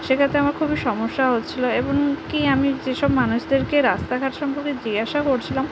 সেক্ষেত্রে আমার খুবই সমস্যা হচ্ছিল এবনকি আমি যেসব মানুষদেরকে রাস্তাঘাট সম্পর্কে জিজ্ঞাসা করছিলাম